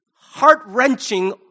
heart-wrenching